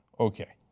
okay,